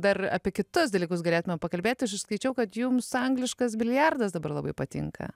dar apie kitus dalykus galėtumėm pakalbėti aš išskaičiau kad jums angliškas biliardas dabar labai patinka